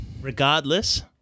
Regardless